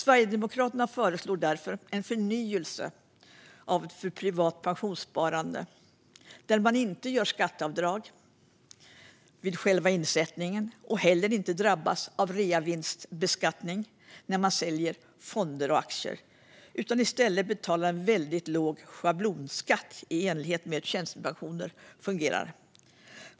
Sverigedemokraterna föreslår därför en förnyelse av systemet för privat pensionssparande där man inte gör skatteavdrag vid själva insättningen och heller inte drabbas av reavinstbeskattning när man säljer fonder eller aktier utan i stället betalar en väldigt låg schablonskatt i enlighet med hur tjänstepensioner fungerar.